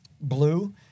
blue